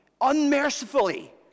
unmercifully